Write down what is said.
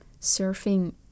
surfing